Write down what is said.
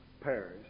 Paris